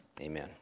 Amen